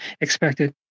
expected